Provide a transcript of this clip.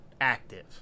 active